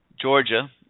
Georgia